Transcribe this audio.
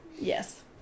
Yes